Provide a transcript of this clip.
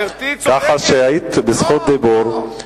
היית בזכות דיבור.